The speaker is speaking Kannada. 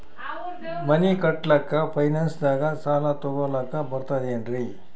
ಮನಿ ಕಟ್ಲಕ್ಕ ಫೈನಾನ್ಸ್ ದಾಗ ಸಾಲ ತೊಗೊಲಕ ಬರ್ತದೇನ್ರಿ?